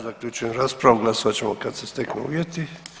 Zaključujem raspravu, glasovat ćemo kad se steknu uvjeti.